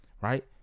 right